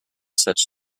such